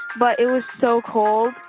but it was so cold,